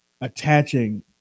attaching